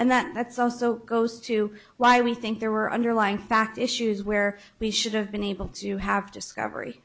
and that that's also goes to why we think there were underlying fact issues where we should have been able to have